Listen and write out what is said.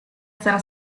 sarà